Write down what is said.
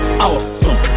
Awesome